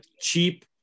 cheap